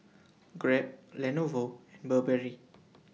Grab Lenovo and Burberry